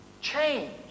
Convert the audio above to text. Change